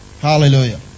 Hallelujah